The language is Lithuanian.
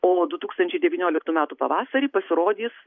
o du tūkstančiai devynioliktų metų pavasarį pasirodys